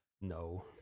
No